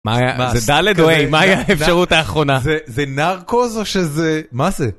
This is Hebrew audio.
מה היה? זה ד׳ או ה׳, מה היה האפשרות האחרונה? - זה נרקוז או שזה... מה זה?